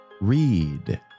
Read